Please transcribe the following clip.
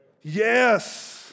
Yes